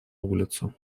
улицу